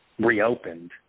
reopened